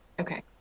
Okay